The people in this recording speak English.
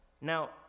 Now